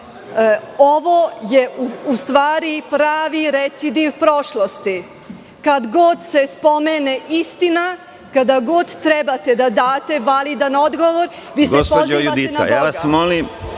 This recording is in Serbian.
Ovo je, u stvari, pravi recidiv prošlosti. Kad god se spomene istina, kada god treba da date validan odgovor, vi se pozivate na